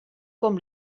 com